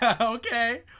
Okay